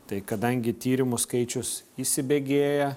tai kadangi tyrimų skaičius įsibėgėja